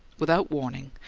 without warning,